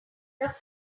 frog